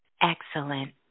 Excellent